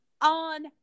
on